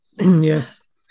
Yes